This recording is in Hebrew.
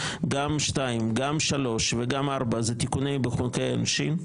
הם תיקונים בחוקי העונשין,